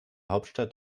hauptstadt